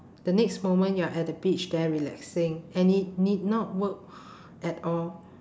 the next moment you're at the beach there relaxing and ne~ need not work at all